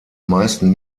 meisten